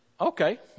Okay